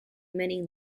many